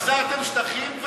החזרתם שטחים,